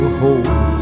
hold